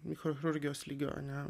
mikrochirurgijos lygio ane